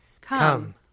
Come